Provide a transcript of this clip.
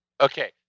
Okay